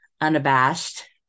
unabashed